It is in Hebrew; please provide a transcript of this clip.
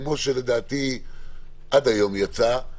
כמו שלדעתי עד היום קרה,